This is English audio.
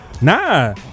Nah